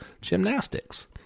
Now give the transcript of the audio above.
gymnastics